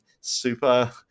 super